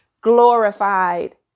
glorified